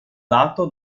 dato